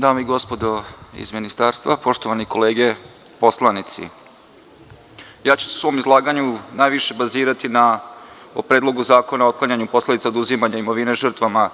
Dame i gospodo iz Ministarstva, poštovane kolege poslanici, u svom izlaganju ću se najviše bazirati na o Predlogu zakona o otklanjanju posledica oduzimanja imovine žrtvama